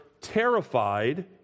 terrified